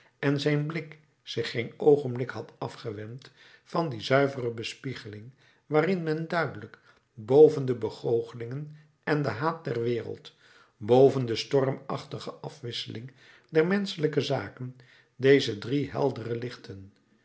en zijn blik zich geen oogenblik had afgewend van die zuivere bespiegeling waarin men duidelijk boven de begoochelingen en den haat der wereld boven de stormachtige afwisseling der menschelijke zaken deze drie heldere lichten